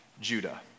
Judah